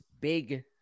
big